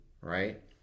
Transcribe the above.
right